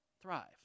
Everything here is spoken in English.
thrive